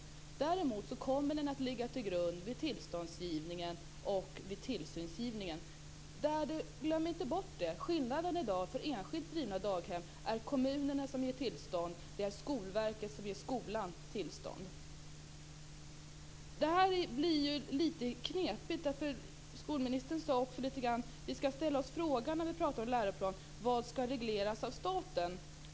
Däremot kommer den att ligga till grund vid tillståndsgivningen och vid tillsynen. Glöm inte bort att skillnaden i dag för enskilt drivna daghem är att det är kommunerna som ger tillstånd. Och det är Skolverket som ger skolan tillstånd. Detta blir litet knepigt, eftersom skolministern sade att vi, när vi talar om läroplanen, skall ställa oss frågan vad som skall regleras av staten.